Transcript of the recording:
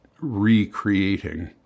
recreating